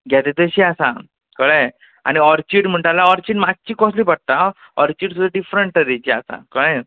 घेता तशीं आसा कळें आनी ऑर्चीड म्हणटा आल्या ऑर्चीड माच्ची कॉसली पडटा आ ऑर्चीड सुद्दां डिफरण टरेचीं आसा कयें